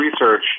research